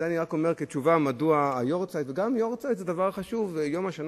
עד שבסופו של דבר יכול להיות